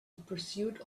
pursuit